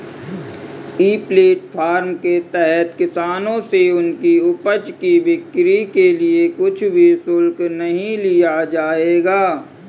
ई platform के तहत किसानों से उनकी उपज की बिक्री के लिए कुछ भी शुल्क नहीं लिया जाएगा